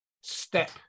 step